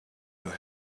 your